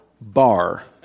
bar